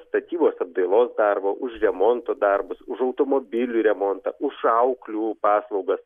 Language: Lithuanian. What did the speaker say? statybos apdailos darbo už remonto darbus už automobilių remontą už auklių paslaugas